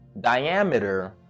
diameter